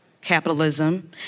capitalism